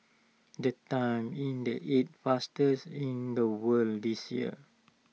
the time in the eighth in the world this year